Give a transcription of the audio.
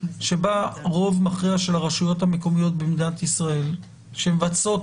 שבה רוב מכריע של הרשויות המקומיות במדינת ישראל שמבצעות